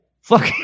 Fuck